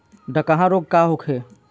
डकहा रोग का होखे?